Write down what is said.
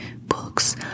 books